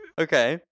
Okay